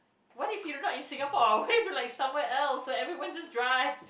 why did she rode in Singapore what if you like somewhere else where everyone just drives